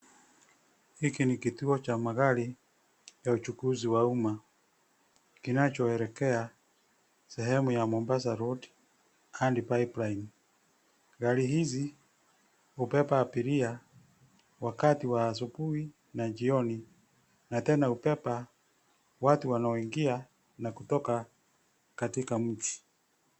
Hiki ni kituo cha magari ya uchukuzi wa uma kinachoelekea sehemu ya Mombasa road hadi pipeline. Gari hizi ubeba abiria wakati wa asubuhi na jioni na tena hubeba watu wanaoingia na kutoka katika mji.